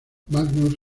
magnus